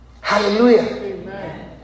hallelujah